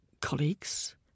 colleagues